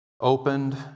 opened